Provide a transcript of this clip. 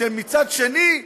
מצד שני,